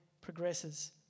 progresses